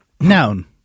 Noun